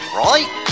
right